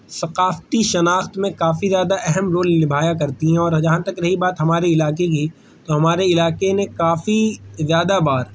ثقافتی شناخت میں کافی زیادہ اہم رول نبھایا کرتی ہیں اور جہاں تک رہی بات ہمارے علاقے کی تو ہمارے علاقے نے کافی زیادہ بار